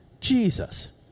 Jesus